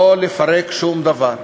לא לפרק שום דבר,